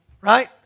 right